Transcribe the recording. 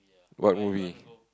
what movie